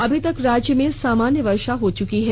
अभीतक राज्य में समान्य वर्षा हो चुकी है